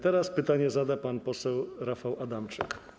Teraz pytanie zada pan poseł Rafał Adamczyk.